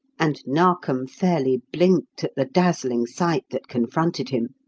and narkom fairly blinked at the dazzling sight that confronted him.